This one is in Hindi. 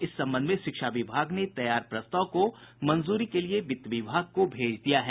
इस संबंध में शिक्षा विभाग ने तैयार प्रस्ताव को मंजूरी के लिए वित्त विभाग को भेज दिया है